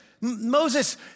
Moses